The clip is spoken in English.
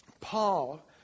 Paul